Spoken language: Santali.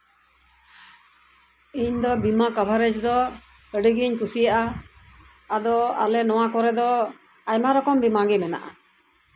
ᱤᱧ ᱫᱚ ᱵᱤᱢᱟᱹ ᱠᱟᱵᱷᱟᱨᱮᱡ ᱫᱚ ᱟᱹᱰᱤᱜᱤᱧ ᱠᱩᱥᱤᱭᱟᱜᱼᱟ ᱟᱫᱚ ᱟᱞᱮ ᱱᱚᱶᱟ ᱠᱚᱨᱮ ᱫᱚ ᱟᱭᱢᱟ ᱨᱚᱠᱚᱢ ᱵᱤᱢᱟᱹ ᱜᱮ ᱢᱮᱱᱟᱜᱼᱟ